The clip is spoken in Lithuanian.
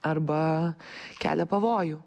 arba kelia pavojų